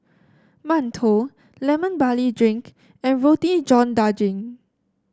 mantou Lemon Barley Drink and Roti John Daging